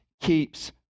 keeps